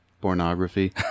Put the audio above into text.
pornography